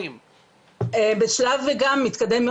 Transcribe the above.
בשלב גם מתקדם,